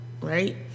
right